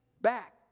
back